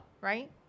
right